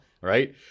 right